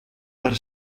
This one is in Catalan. per